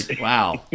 wow